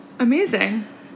amazing